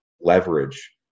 leverage